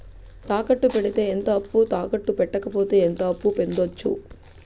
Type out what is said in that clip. తాకట్టు పెడితే ఎంత అప్పు, తాకట్టు పెట్టకపోతే ఎంత అప్పు పొందొచ్చు?